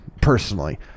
personally